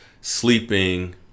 sleeping